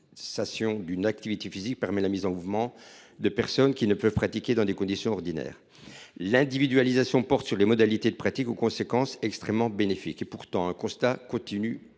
dispensation d’une activité physique permet la mise en mouvement de personnes qui ne peuvent pas pratiquer dans des conditions ordinaires. L’individualisation porte sur les modalités de pratique aux conséquences extrêmement bénéfiques. Pourtant, un constat continue